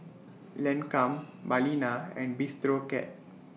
Lancome Balina and Bistro Cat